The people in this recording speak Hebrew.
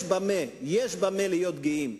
יש במה להיות גאים.